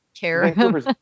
care